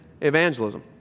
evangelism